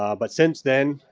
um but since then,